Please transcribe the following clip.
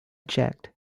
checked